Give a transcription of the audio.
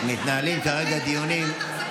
מתנהלים כרגע דיונים.